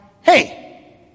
hey